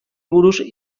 buruz